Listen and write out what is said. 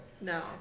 No